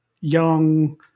young